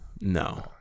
No